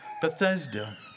Bethesda